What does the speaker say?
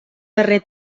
darrer